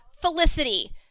Felicity